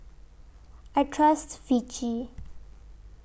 I Trust Vichy